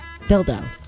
dildo